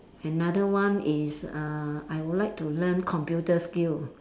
another one is uh I would like to learn computer skill